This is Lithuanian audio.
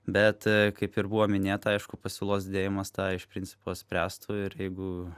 bet kaip ir buvo minėta aišku pasiūlos didėjimas tą iš principo spręstų ir jeigu